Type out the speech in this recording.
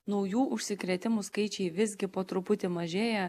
naujų užsikrėtimų skaičiai visgi po truputį mažėja